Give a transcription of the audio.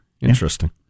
Interesting